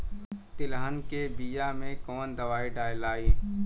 तेलहन के बिया मे कवन दवाई डलाई?